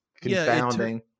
confounding